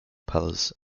palace